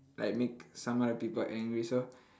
like make some other people angry so